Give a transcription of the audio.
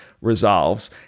resolves